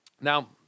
Now